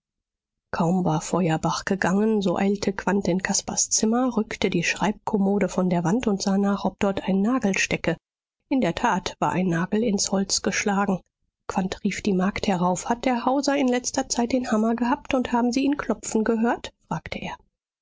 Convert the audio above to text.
kaum war feuerbach gegangen so eilte quandt in caspars zimmer rückte die schreibkommode von der wand und sah nach ob dort ein nagel stecke in der tat war ein nagel ins holz geschlagen quandt rief die magd herauf hat der hauser in letzter zeit den hammer gehabt und haben sie ihn klopfen gehört fragte er